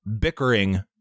bickering